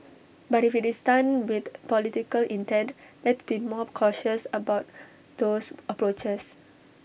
but if IT is done with political intent let's be more cautious about those approaches